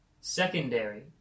secondary